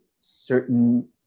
certain